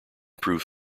prove